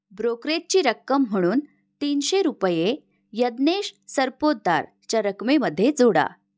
ब्रोकरेजची रक्कम म्हणून तीनशे रुपये यज्ञेश सरपोतदार च्या रकमेमध्ये जोडा